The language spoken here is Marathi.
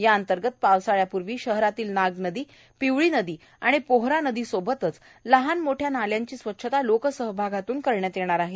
याअंतर्गत पावसाळयापूर्वी शहरातील नागनदी पिवळी नदी आणि पोहरा नदी सोबतच लहान मोठया नाल्यांची स्वच्छता लोकसहभागातून करण्यात येणार आहे